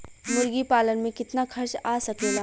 मुर्गी पालन में कितना खर्च आ सकेला?